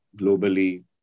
globally